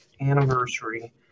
anniversary